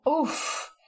Oof